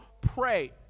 pray